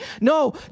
no